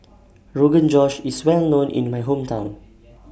Rogan Josh IS Well known in My Hometown